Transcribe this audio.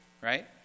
right